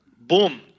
Boom